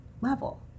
level